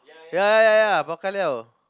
ya ya ya bao ka liao